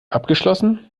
abgeschlossen